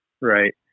right